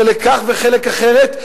חלק כך וחלק אחרת,